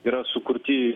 yra sukurti